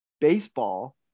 baseball